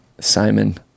Simon